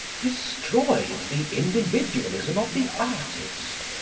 destroyed the individualism of the artist,